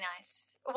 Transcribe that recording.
nice